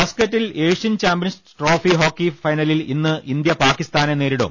മസ്ക്കറ്റിൽ Asian champions trophy hockey ഫൈനലിൽ ഇന്ന് India പാക്കിസ്ഥാനെ നേരിടും